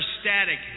static